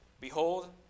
Behold